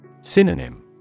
Synonym